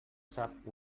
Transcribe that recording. sap